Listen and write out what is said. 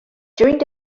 during